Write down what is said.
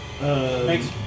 Thanks